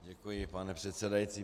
Děkuji, pane předsedající.